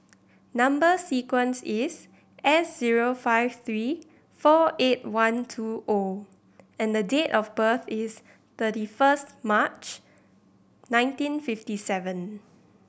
number sequence is S zero five three four eight one two O and date of birth is thirty first March nineteen fifty seven